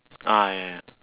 ah ya